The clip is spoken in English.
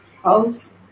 house